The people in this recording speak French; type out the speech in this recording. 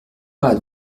pas